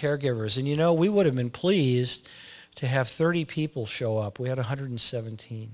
caregivers and you know we would have been pleased to have thirty people show up we had one hundred seventeen